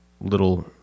little